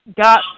got